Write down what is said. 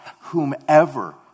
whomever